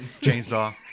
Chainsaw